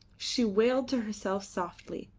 she wailed to herself softly,